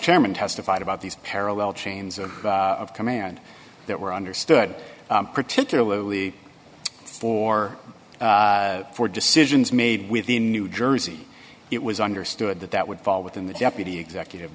chairman testified about these parallel chains of command that were understood particularly four four decisions made with the new jersey it was understood that that would fall within the deputy executive